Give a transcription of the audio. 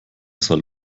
soll